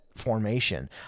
formation